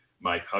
Mike